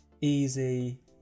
easy